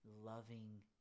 loving